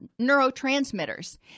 neurotransmitters